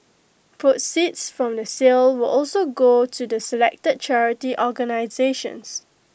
proceeds from the sale will also go to the selected charity organisations